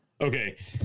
Okay